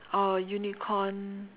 or unicorn